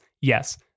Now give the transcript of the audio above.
Yes